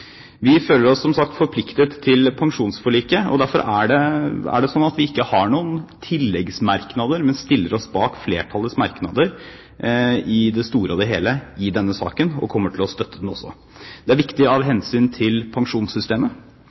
Vi føler oss som sagt forpliktet av pensjonsforliket. Derfor har vi ikke noen tilleggsmerknader, men stiller oss bak flertallets merknader i det store og det hele i denne saken, og kommer også til å støtte den. Det er viktig av hensyn til pensjonssystemet.